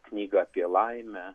knygą apie laimę